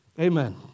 Amen